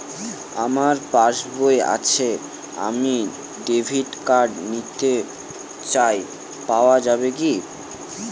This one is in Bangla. আমার পাসবই আছে আমি ডেবিট কার্ড নিতে চাই পাওয়া যাবে কি?